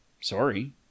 sorry